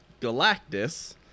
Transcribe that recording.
Galactus